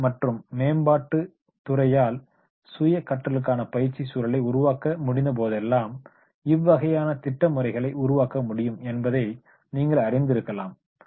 கற்றல் மற்றும் மேம்பாட்டுத் துறையால் சுய கற்றலுக்கான பயிற்சி சூழலை உருவாக்க முடிந்த போதெல்லாம் இவ்வகையான திட்ட முறைகளை உருவாக்க முடியும் என்பதை நீங்கள் அறிந்திருக்கலாம்